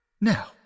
Now